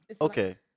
Okay